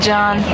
John